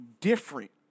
different